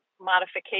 modification